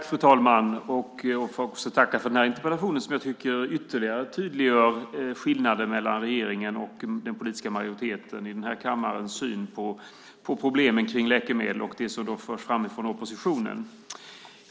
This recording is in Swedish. Fru talman! Jag får tacka för interpellationen som ytterligare tydliggör skillnaden mellan regeringens och den politiska majoritetens syn på problemen med läkemedel och det som förs fram från oppositionen.